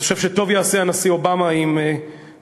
אני חושב שטוב יעשה הנשיא אובמה אם בשנים,